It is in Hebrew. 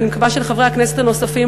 ואני מקווה של חברי הכנסת הנוספים,